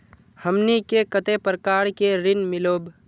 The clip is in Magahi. हमनी के कते प्रकार के ऋण मीलोब?